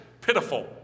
pitiful